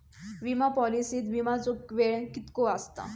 विमा पॉलिसीत विमाचो वेळ कीतको आसता?